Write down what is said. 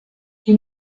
die